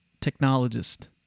technologist